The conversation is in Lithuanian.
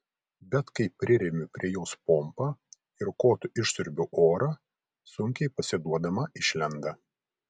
bet kai priremiu prie jos pompą ir kotu išsiurbiu orą sunkiai pasiduodama išlenda